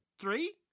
Three